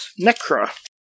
Necra